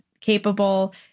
capable